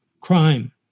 crime